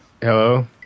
Hello